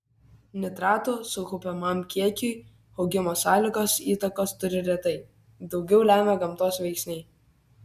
nitratų sukaupiamam kiekiui auginimo sąlygos įtakos turi retai daugiau lemia gamtos veiksniai